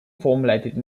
formulated